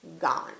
gone